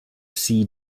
sea